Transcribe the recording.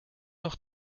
noch